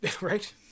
right